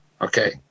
Okay